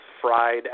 fried